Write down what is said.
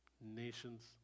nations